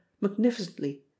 magnificently